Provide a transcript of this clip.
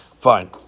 Fine